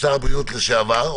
שר הבריאות לשעבר,